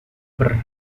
barr